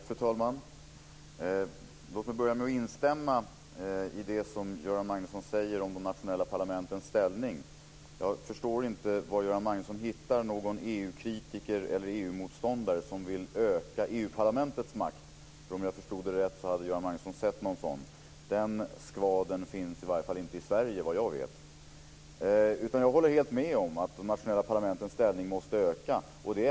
Fru talman! Låt mig börja med att instämma i det som Göran Magnusson säger om de nationella parlamentens ställning. Jag förstår inte var Göran Magnusson hittar någon EU-kritiker eller EU-motståndare som vill öka EU-parlamentets makt. Om jag förstod de rätt hade Göran Magnusson sett någon sådan. Den skvadern finns, såvitt jag vet, i varje fall inte i Sverige. Jag håller helt med om att de nationella parlamentens makt måste öka.